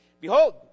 Behold